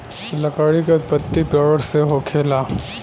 लकड़ी के उत्पति पेड़ से होखेला